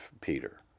Peter